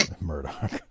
Murdoch